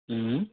ہوں